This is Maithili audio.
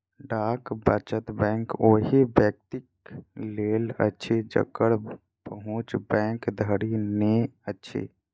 डाक वचत बैंक ओहि व्यक्तिक लेल अछि जकर पहुँच बैंक धरि नै अछि